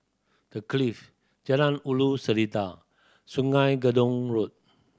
The Clift Jalan Ulu Seletar Sungei Gedong Road